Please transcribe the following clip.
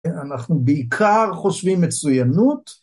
אנחנו בעיקר חושבים מצוינות.